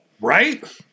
Right